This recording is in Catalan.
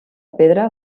pedra